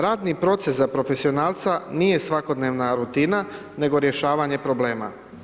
Radni proces za profesionalca nije svakodnevna rutina nego rješavanje problema.